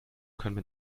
können